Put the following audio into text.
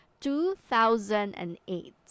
2008